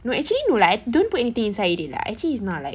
no actually no lah I don't put anything inside already lah actually it's not like